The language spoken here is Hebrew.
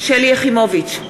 שלי יחימוביץ,